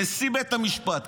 נשיא בית המשפט,